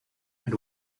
had